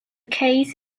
case